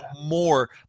more